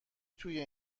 توی